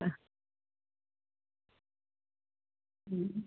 ആ മ്